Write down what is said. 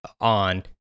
on